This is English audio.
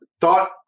Thought